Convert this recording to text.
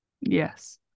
Yes